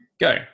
go